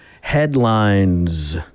headlines